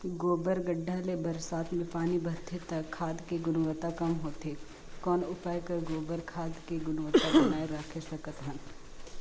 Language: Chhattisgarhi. गोबर गढ्ढा ले बरसात मे पानी बहथे त खाद के गुणवत्ता कम होथे कौन उपाय कर गोबर खाद के गुणवत्ता बनाय राखे सकत हन?